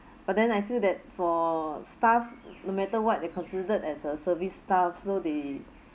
but then I feel that for staff no matter what they considered as a service staff so they